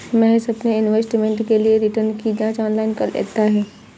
महेश अपने इन्वेस्टमेंट के लिए रिटर्न की जांच ऑनलाइन कर लेता है